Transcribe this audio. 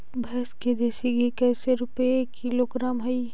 भैंस के देसी घी कैसे रूपये किलोग्राम हई?